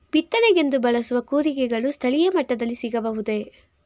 ಬಿತ್ತನೆಗೆಂದು ಬಳಸುವ ಕೂರಿಗೆಗಳು ಸ್ಥಳೀಯ ಮಟ್ಟದಲ್ಲಿ ಸಿಗಬಹುದೇ?